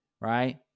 right